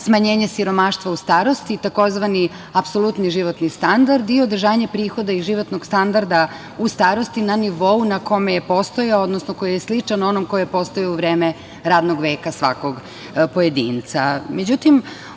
smanjenje siromaštva u starosti, tzv. apsolutni životni standard i održanje prihoda i životnog standarda u starosti na nivou na kome je postojao, odnosno koji je sličan onom koji je postojao u vreme radnog veka svakog pojedinca.Međutim,